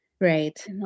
right